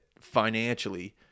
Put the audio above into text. financially